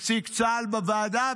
נציג צה"ל בוועדה,